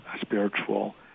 spiritual